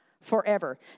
forever